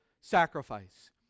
sacrifice